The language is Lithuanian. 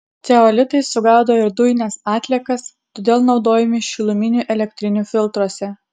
ceolitai sugaudo ir dujines atliekas todėl naudojami šiluminių elektrinių filtruose